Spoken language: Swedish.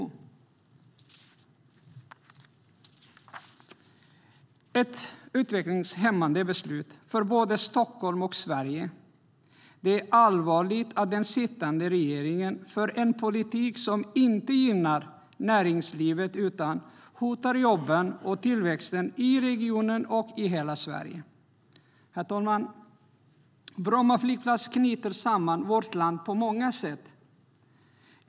Det vore ett utvecklingshämmande beslut för både Stockholm och Sverige. Det är allvarligt att den sittande regeringen för en politik som inte gynnar näringslivet utan hotar jobben och tillväxten i regionen och i hela Sverige.Herr talman! Bromma flygplats knyter samman vårt land på många sätt.